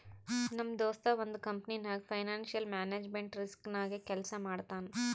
ನಮ್ ದೋಸ್ತ ಒಂದ್ ಕಂಪನಿನಾಗ್ ಫೈನಾನ್ಸಿಯಲ್ ಮ್ಯಾನೇಜ್ಮೆಂಟ್ ರಿಸ್ಕ್ ನಾಗೆ ಕೆಲ್ಸಾ ಮಾಡ್ತಾನ್